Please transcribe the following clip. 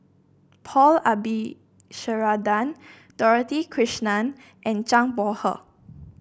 Paul Dorothy Krishnan and Zhang Bohe